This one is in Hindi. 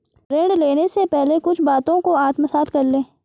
ऋण लेने से पहले कुछ बातों को आत्मसात कर लें